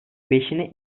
beşini